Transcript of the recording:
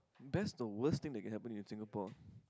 best or worst thing that can happen to you in Singapore